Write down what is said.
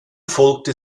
folgte